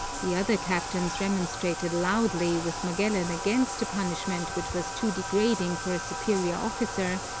the other captains remonstrated loudly with magellan against a punishment which was too degrading for a superior officer,